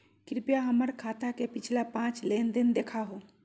कृपया हमर खाता के पिछला पांच लेनदेन देखाहो